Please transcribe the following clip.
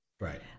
Right